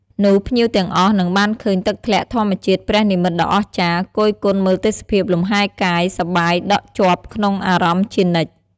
នោះភ្ញៀវទាំងអស់នឹងបានឃើញទឹកធ្លាក់ធម្មជាតិព្រះនិមិ្មតដ៏អស្ចារ្យ គយគន់មើលទេសភាពលំហែកាយ សប្បាយដក់ជាប់ក្នុងអារម្មណ៍ជានិច្ច ។